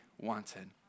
wanted